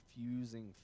confusing